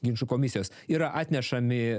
ginčų komisijos yra atnešami